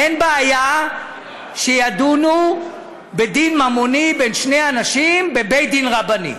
אין בעיה שידונו בדין ממוני בין שני אנשים בבית-דין רבני.